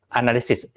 analysis